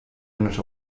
unit